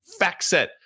FactSet